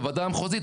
הוועדה המחוזית,